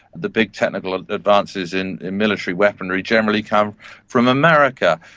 the big technical advances in military weaponry generally come from america.